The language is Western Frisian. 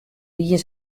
wie